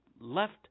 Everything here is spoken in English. left